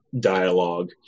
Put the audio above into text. dialogue